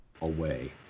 away